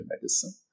medicine